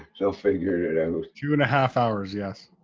they'll figure it out. two and half hours yes.